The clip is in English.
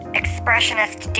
expressionist